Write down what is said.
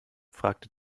fragte